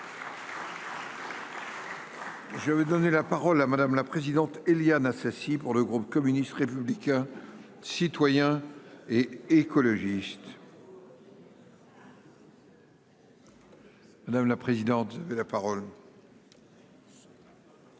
Je vais donner la parole à Madame, la présidente : Éliane Assassi pour le groupe communiste, républicain, citoyen et écologiste. Madame la présidente de la parole.